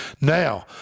Now